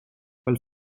while